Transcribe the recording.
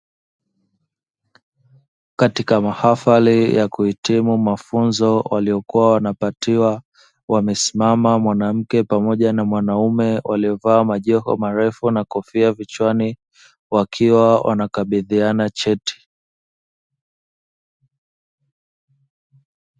Katika mahafali ya kuhitimu mafunzo waliyokuwa wanapatiwa, wamesimama mwanamke pamoja na mwanaume waliovalia majoho meusi pamoja na kofia kichwani wakiwa wanakabidhiana cheti.